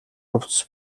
хувцас